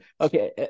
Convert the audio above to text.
Okay